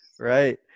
Right